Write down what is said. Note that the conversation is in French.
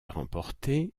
remportée